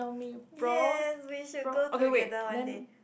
ya we go should go together one day